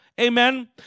amen